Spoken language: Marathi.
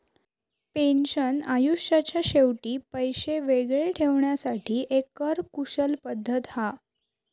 पेन्शन आयुष्याच्या शेवटी पैशे वेगळे ठेवण्यासाठी एक कर कुशल पद्धत हा